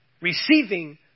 receiving